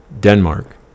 Denmark